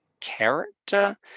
character